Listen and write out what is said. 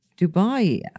Dubai